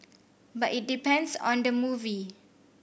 but it depends on the movie